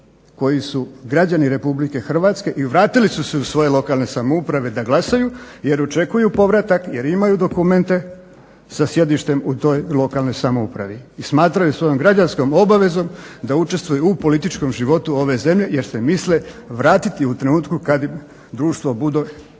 koji su građani RH i vratili su se u svoje lokalne samouprave da glasuju jer očekuju povratak, jer imaju dokumente sa sjedištem u toj lokalnoj samoupravi i smatraju svojom građanskom obavezom da učestvuju u političkom životu ove zemlje jer se misle vratiti u trenutku kada društvo bude